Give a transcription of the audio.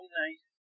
nice